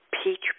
Peach